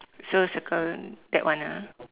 so circle that one ah